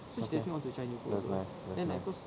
that's nice that's nice that's nice